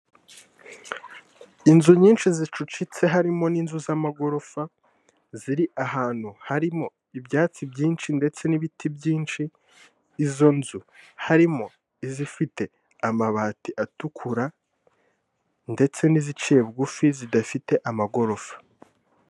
Inzu nyinshi zicucitse harimo n'inzu z'amagorofa, ziri ahantu harimo ibyatsi byinshi ndetse n'ibiti byinshi, izo nzu harimo izifite amabati atukura ndetse n'iziciye bugufi zidafite amagorofa.